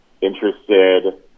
interested